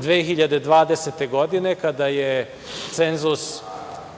2020. godine, kada je cenzus